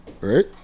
right